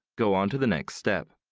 go on to the next step.